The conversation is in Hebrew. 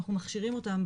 אנחנו מכשירים אותם,